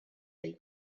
are